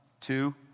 two